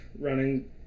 running